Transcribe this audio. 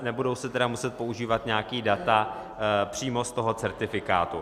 Nebudou se tedy muset používat nějaká data přímo z toho certifikátu.